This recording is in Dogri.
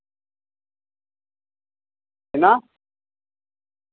किन्ना